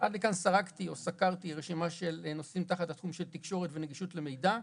עד לכאן סקרתי רשימה של נושאים תחת התחום של "תקשורת ונגישות למידע",